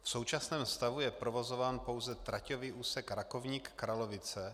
V současném stavu je provozován pouze traťový úsek Rakovník Kralovice.